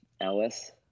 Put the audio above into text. Ellis